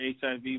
HIV